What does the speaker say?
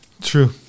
True